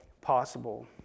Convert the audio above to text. possible